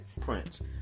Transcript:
prince